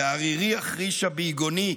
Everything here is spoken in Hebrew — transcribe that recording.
/ וערירי אחרישה ביגוני",